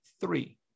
three